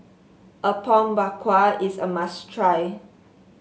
Apom Berkuah is a must try